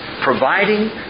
providing